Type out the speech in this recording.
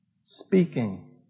Speaking